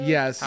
Yes